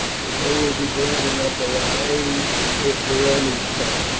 but they will be glad enough of our aid if the romans come.